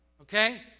Okay